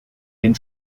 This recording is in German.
den